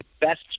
best